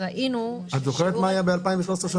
את זוכרת מה היה ב-2013?